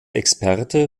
experte